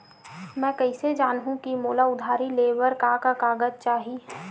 मैं कइसे जानहुँ कि मोला उधारी ले बर का का कागज चाही?